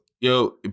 Yo